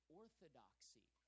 orthodoxy